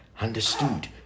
understood